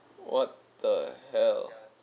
what the hell